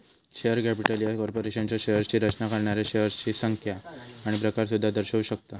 share capital ह्या कॉर्पोरेशनच्या शेअर्सची रचना करणाऱ्या शेअर्सची संख्या आणि प्रकार सुद्धा दर्शवू शकता